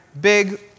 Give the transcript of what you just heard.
big